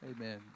Amen